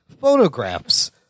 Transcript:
photographs